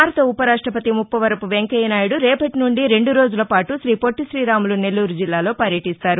భారత ఉపరాష్టపతి ముప్పవరపు వెంకయ్యనాయుడు రేపటి నుండి రెండు రోజులపాటు శ్రీపొట్లి శ్రీరాములు నెల్లూరు జిల్లాలో పర్యటిస్తారు